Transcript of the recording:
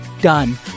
done